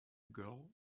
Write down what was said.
girl